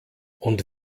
und